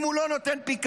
אם הוא לא נותן פיקדון.